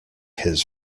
his